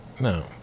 no